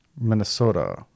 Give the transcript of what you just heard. Minnesota